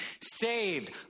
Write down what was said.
saved